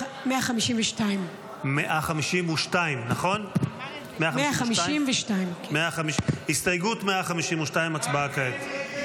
152. הסתייגות 152, הצבעה כעת.